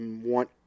want